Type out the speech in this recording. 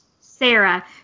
Sarah